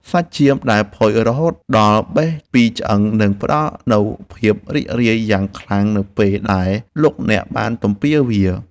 សាច់ចៀមដែលផុយរហូតដល់របេះពីឆ្អឹងនឹងផ្តល់នូវភាពរីករាយយ៉ាងខ្លាំងនៅពេលដែលលោកអ្នកបានទំពារវា។